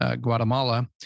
Guatemala